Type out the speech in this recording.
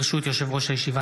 ברשות יושב-ראש הישיבה,